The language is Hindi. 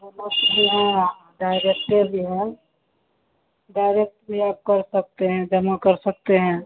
बोनस भी है डायरेक्ट भी हैं डायरेक्ट भी आप कर सकते हैं जमा कर सकते हैं